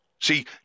See